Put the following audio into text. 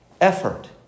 effort